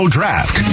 Draft